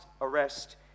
arrest